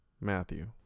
Matthew